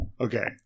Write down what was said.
Okay